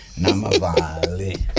Namavali